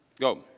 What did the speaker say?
Go